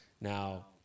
Now